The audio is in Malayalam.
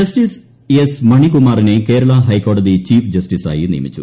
ജസ്റ്റിസ് എസ് മണികുമാറിനെ കേരള ഹൈക്കോടതി ചീഫ് ജസ്റ്റിസായി നിയമിച്ചു